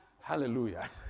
Hallelujah